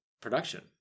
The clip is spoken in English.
production